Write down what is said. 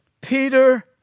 Peter